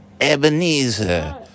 Ebenezer